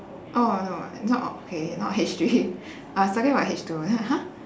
oh no not not H three I was talking about H two I was like !huh!